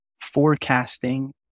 forecasting